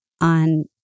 on